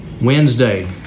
Wednesday